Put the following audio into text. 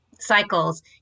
cycles